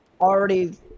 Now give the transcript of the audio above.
already